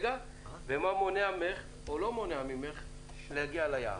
ומה מונע ממך או לא מונע ממך להגיע ליעד.